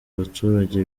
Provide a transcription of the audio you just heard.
baturage